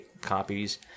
copies